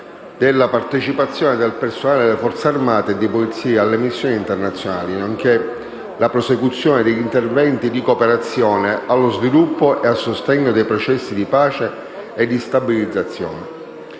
della partecipazione del personale delle Forze armate e di polizia alle missioni internazionali, nonché la prosecuzione degli interventi di cooperazione allo sviluppo e a sostegno dei processi di pace e di stabilizzazione.